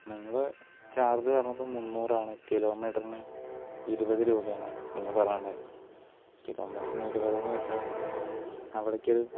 നിങ്ങൾ ചാർജജ് പറഞ്ഞപ്പോൾ മുന്നൂറാണ് കിലോമീറ്ററിന് ഇരുപത് രൂപയാണ് നിങ്ങൾ പറഞ്ഞിട്ടുണ്ടായിരുന്നത് കിലോമീറ്ററിന് ഇരുപതെന്നു വച്ചാൽ അവിടേക്ക് ഒരു